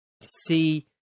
see